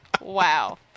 Wow